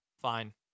Fine